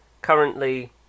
currently